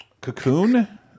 Cocoon